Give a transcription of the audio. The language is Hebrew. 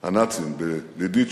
הנאצים בלידיצ'ה.